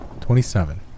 Twenty-seven